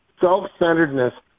self-centeredness